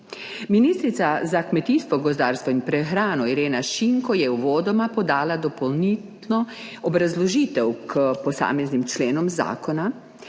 Ministrica za kmetijstvo, gozdarstvo in prehrano Irena Šinko je uvodoma podala dopolnilno obrazložitev k posameznim členom zakona,